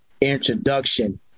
introduction